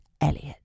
Elliot